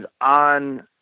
on